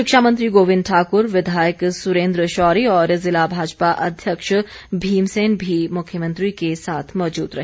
शिक्षामंत्री गोविंद ठाक्र विधायक सुरेन्द्र शौरी और जिला भाजपा अध्यक्ष भीम सेन भी मुख्यमंत्री के साथ मौजूद रहे